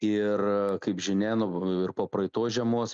ir kaip žinia nu ir po praeitos žiemos